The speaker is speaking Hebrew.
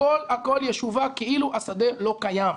הכול הכול ישווק כאילו השדה לא קיים.